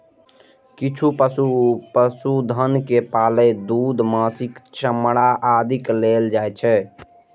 किछु पशुधन के पालन दूध, मासु, चमड़ा आदिक लेल कैल जाइ छै